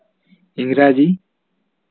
ᱤᱝᱨᱟᱡᱤ